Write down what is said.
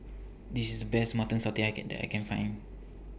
This IS Best Mutton Satay that that I Can Find